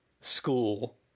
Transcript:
school